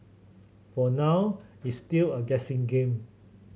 for now it's still a guessing game